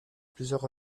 plusieurs